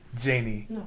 Janie